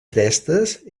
crestes